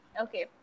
Okay